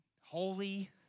holy